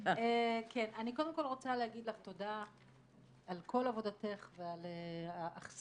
קודם כל רוצה להגיד לך תודה על כל עבודתך ועל האכסניה.